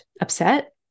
upset